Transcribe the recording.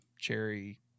cherry